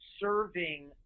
serving